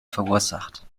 verursacht